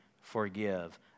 Forgive